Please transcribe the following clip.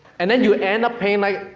and then you end up paying, like,